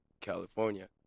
California